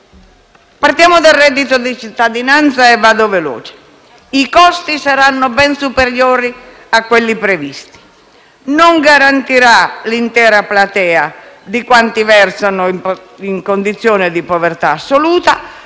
rapidamente dal reddito di cittadinanza. I costi saranno ben superiori a quelli previsti; non garantirà l'intera platea di quanti versano in condizione di povertà assoluta